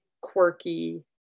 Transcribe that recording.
quirky